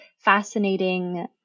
Fascinating